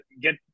get